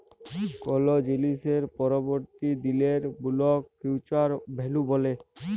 call জিলিসের পরবর্তী দিলের মূল্যকে ফিউচার ভ্যালু ব্যলে